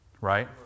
Right